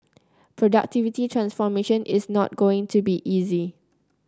productivity transformation is not going to be easy